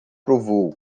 provou